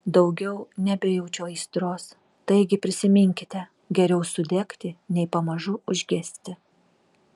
daugiau nebejaučiu aistros taigi prisiminkite geriau sudegti nei pamažu užgesti